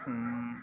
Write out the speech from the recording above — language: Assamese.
ও